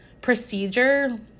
procedure